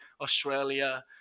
Australia